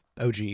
og